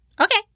Okay